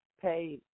pay